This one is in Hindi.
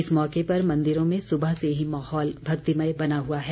इस मौके पर मंदिरों में सुबह से ही माहौल भक्तिमय बना हुआ है